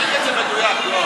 תציג את זה מדויק, יואב.